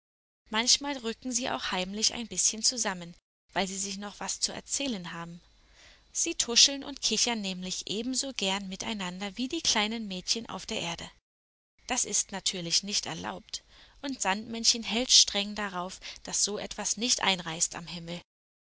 manchmal rücken sie auch heimlich ein bißchen zusammen weil sie sich noch was zu erzählen haben sie tuscheln und kichern nämlich ebenso gern miteinander wie die kleinen mädchen auf der erde das ist natürlich nicht erlaubt und sandmännchen hält streng darauf daß so etwas nicht einreißt am himmel